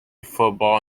football